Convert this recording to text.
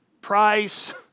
Price